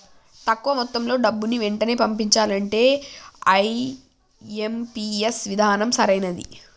తక్కువ మొత్తంలో డబ్బుని వెంటనే పంపించాలంటే ఐ.ఎం.పీ.ఎస్ విధానం సరైనది